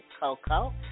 Coco